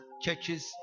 churches